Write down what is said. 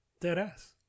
Deadass